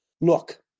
Look